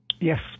Yes